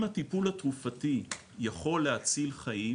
אם הטיפול התרופתי יכול להציל חיים